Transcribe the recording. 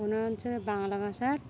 বাংলা ভাষার